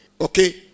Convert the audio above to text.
okay